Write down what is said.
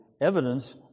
evidence